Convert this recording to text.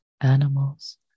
animals